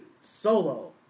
Solo